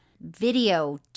video